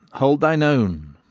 hold thine own!